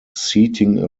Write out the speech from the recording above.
seating